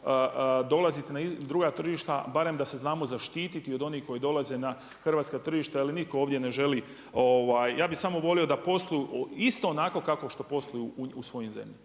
dolaziti na druga tržišta, barem da se znamo zaštititi od onih koji dolaze na hrvatska tržišta jel niko ovdje ne želi, ja bi samo volio da posluju isto onako kako posluju u svojim zemljama.